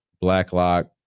Blacklock